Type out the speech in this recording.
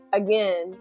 again